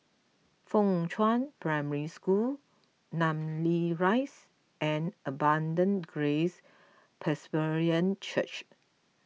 Fuchun Primary School Namly Rise and Abundant Grace Presbyterian Church